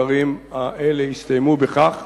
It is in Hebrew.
הסקרים האלה הסתיימו בכך